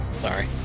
Sorry